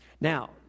Now